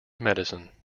medicine